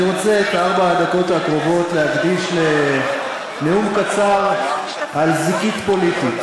אני רוצה את ארבע הדקות הקרובות להקדיש לנאום קצר על זיקית פוליטית.